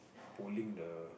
pulling the